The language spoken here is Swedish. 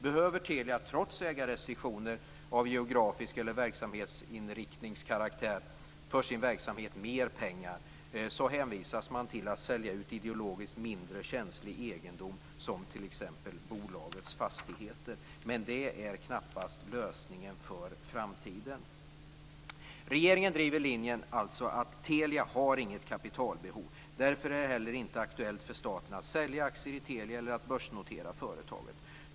Behöver Telia trots ägarrestriktioner av geografisk eller verksamhetsinriktningskaraktär ha mer pengar för sin verksamhet hänvisas man till att sälja ut ideologiskt mindre känslig egendom, t.ex. bolagets fastigheter. Men det är knappast lösningen för framtiden. Regeringen driver alltså linjen att Telia inte har något kapitalbehov. Därför är det heller inte aktuellt för staten att sälja aktier i Telia eller att börsnotera företaget.